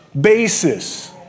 basis